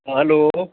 hello